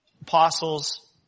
apostles